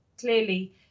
clearly